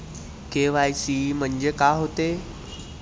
KYC म्हंनजे का होते?